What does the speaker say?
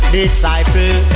disciple